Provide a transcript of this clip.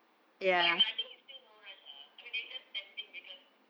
but ya I think it's still no rush ah I mean it's just tempting because